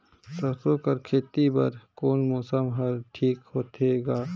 सरसो कर खेती बर कोन मौसम हर ठीक होथे ग?